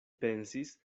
pensis